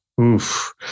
Oof